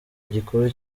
gikuru